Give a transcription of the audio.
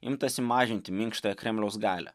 imtasi mažinti minkštąją kremliaus galią